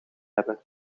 hebben